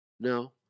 No